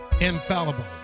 infallible